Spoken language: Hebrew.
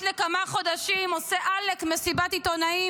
לכמה חודשים עושה עאלק מסיבת עיתונאים.